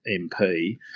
MP